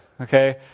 okay